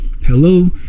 hello